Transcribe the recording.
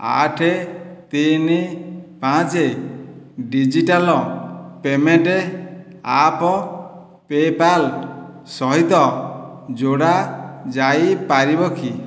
ଆଠ ତିନି ପାଞ୍ଚେ ଡିଜିଟାଲ୍ ପେମେଣ୍ଟ୍ ଆପ୍ ପେ'ପାଲ୍ ସହିତ ଯୋଡ଼ା ଯାଇପାରିବ କି